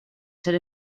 ser